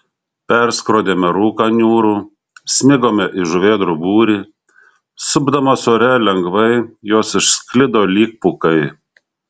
perskrodėme rūką niūrų smigome į žuvėdrų būrį supdamos ore lengvai jos išsklido lyg pūkai